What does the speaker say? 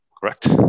correct